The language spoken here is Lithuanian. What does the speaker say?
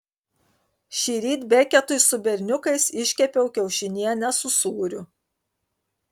šįryt beketui su berniukais iškepiau kiaušinienę su sūriu